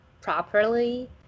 properly